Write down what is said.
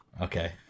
Okay